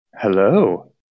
Hello